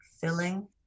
Filling